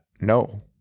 no